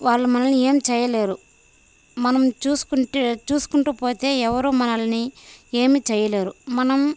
వాళ్ళు మనల్ని ఏం చేయలేరు మనం చూసుకుంటే చూసుకుంటూ పోతే ఎవరూ మనల్ని ఏమి చేయలేరు మనం